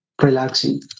relaxing